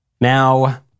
Now